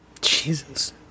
jesus